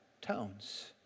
tones